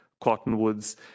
cottonwoods